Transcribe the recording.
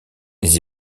les